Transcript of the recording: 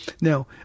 Now